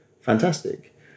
Fantastic